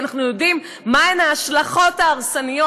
כי אנחנו יודעים מהן ההשלכות ההרסניות.